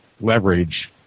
leverage